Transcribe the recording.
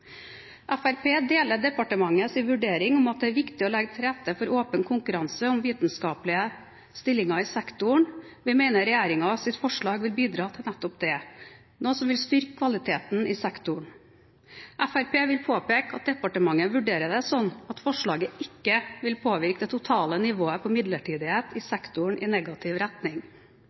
Fremskrittspartiet deler departementets vurdering om at det er viktig å legge til rette for åpen konkurranse om vitenskapelige stillinger i sektoren. Vi mener regjeringens forslag vil bidra til nettopp det, noe som vil styrke kvaliteten i sektoren. Fremskrittspartiet vil påpeke at departementet vurderer det slik at forslaget ikke vil påvirke det totale nivået på midlertidighet i sektoren i negativ retning.